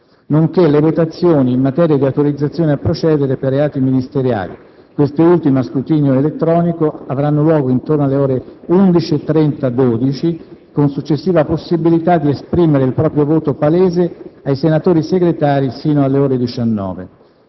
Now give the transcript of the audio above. nonché le votazioni in materia di autorizzazioni a procedere per reati ministeriali (queste ultime, a scrutinio elettronico, avranno luogo intorno alle ore 11,30-12, con successiva possibilità di esprimere il proprio voto palese ai senatori Segretari sino alle ore 19).